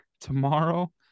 tomorrow